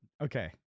Okay